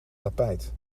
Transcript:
tapijt